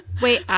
wait